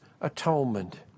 atonement